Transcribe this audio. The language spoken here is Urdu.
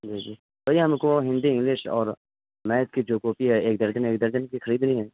جی جی چلیے ہم کو ہندی انگلش اور میتھ کی جو کاپی ہے ایک درجن ایک درجن کی خریدنی ہے